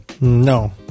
No